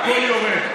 הכול יורד.